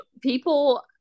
people